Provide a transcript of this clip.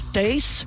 days